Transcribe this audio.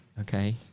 Okay